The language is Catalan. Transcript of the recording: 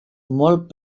molt